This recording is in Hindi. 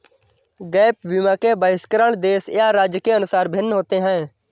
गैप बीमा के बहिष्करण देश या राज्य के अनुसार भिन्न होते हैं